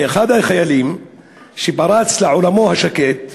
באחד החיילים שפרץ לעולמו השקט,